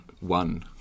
one